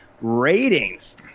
ratings